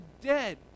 dead